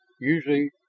usually